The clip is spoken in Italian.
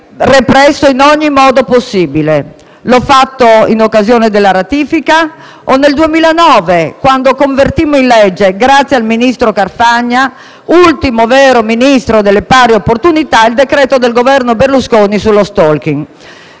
represso in ogni modo possibile. L'ho fatto in occasione della citata ratifica o nel 2009, quando convertimmo in legge, grazie al ministro Carfagna, ultimo vero Ministro delle pari opportunità, il decreto-legge del Governo Berlusconi sullo *stalking*.